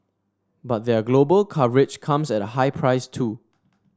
but their global coverage comes at a high price too